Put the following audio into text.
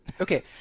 Okay